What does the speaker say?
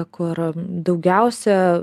kur daugiausia